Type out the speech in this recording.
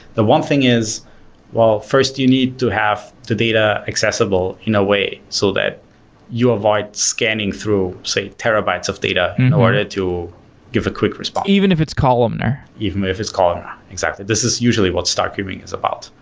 the one thing is well first, you need to have the data accessible in a way so that you avoid scanning through say terabytes of data in order to give a quick response. even if it's columnar. even if it's columnar, exactly. this is usually what star cubing is about.